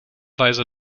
weise